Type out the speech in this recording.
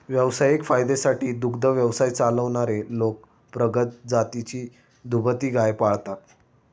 व्यावसायिक फायद्यासाठी दुग्ध व्यवसाय चालवणारे लोक प्रगत जातीची दुभती गाय पाळतात